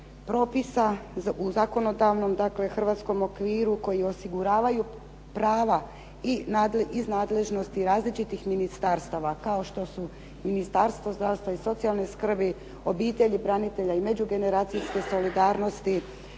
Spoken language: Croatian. propisa u zakonodavnom dakle hrvatskom okviru koji osiguravaju prava iz nadležnosti različitih ministarstava kao što su Ministarstvo zdravstva i socijalne skrbi, obitelji, branitelja i međugeneracijske solidarnosti,